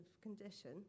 condition